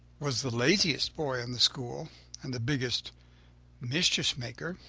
was the laziest boy in the school and the biggest mischief-maker,